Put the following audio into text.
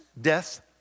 death